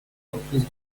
reprise